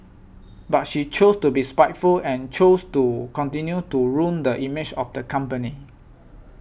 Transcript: but she chose to be spiteful and chose to continue to ruin the image of the company